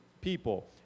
people